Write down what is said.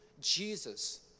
Jesus